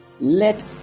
Let